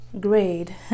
grade